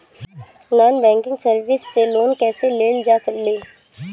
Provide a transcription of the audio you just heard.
Non banking service से loan कैसे लेल जा ले?